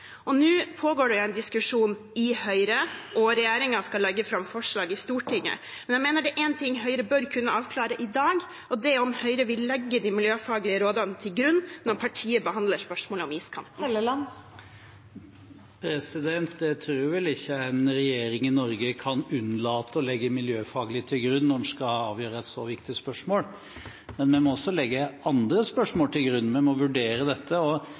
Nå pågår det en diskusjon i Høyre, og regjeringen skal legge fram forslag i Stortinget. Jeg mener det er én ting Høyre bør kunne avklare i dag, og det er om Høyre vil legge de miljøfaglige rådene til grunn når partiet behandler spørsmålet om iskanten. Jeg tror vel ikke en regjering i Norge kan unnlate å legge miljøfaglige råd til grunn når man skal avgjøre et så viktig spørsmål, men vi må også legge andre spørsmål til grunn. Vi må vurdere dette.